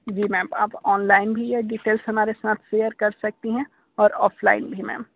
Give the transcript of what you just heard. जी ma'am आप online भी यह डिटेल्स हमारे साथ शेअर कर सकती हैं और ऑफलाइन भी मैम